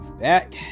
back